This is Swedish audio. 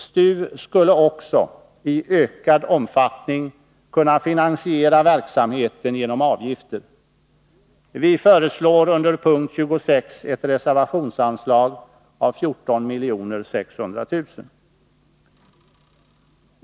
STU skulle också i ökad omfattning kunna finansiera verksamheten genom avgifter. Vi föreslår under punkt 26 ett reservationsanslag av 14 600 000 kr.